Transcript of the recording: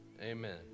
amen